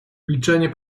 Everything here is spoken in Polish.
milczenie